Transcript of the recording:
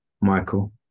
Michael